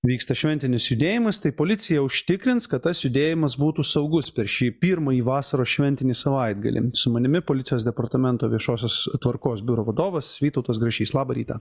vyksta šventinis judėjimas tai policija užtikrins kad tas judėjimas būtų saugus per šį pirmąjį vasaros šventinį savaitgalį su manimi policijos departamento viešosios tvarkos biuro vadovas vytautas grašys labą rytą